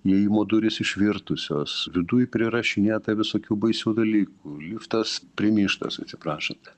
įėjimo durys išvirtusios viduj prirašinėta visokių baisių dalykų liftas primyžtas atsiprašant